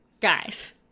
guys